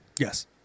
Yes